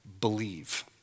believe